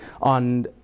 on